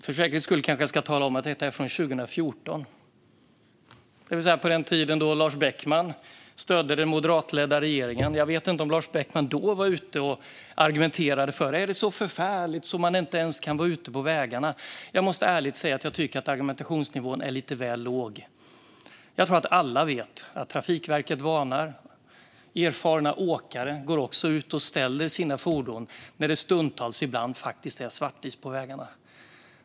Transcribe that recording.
För säkerhets skull kanske jag ska tala om att detta är från 2014, det vill säga på den tiden då Lars Beckman stödde den moderatledda regeringen. Jag vet inte om Lars Beckman då var ute och argumenterade för att det var så förfärligt att man inte ens kunde vara ute på vägarna. Jag måste dock ärligt säga att jag tycker att argumentationsnivån är lite väl låg. Jag tror att alla vet att Trafikverket varnar. Erfarna åkare låter sina fordon stå när det är svartis på vägarna.